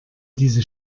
diese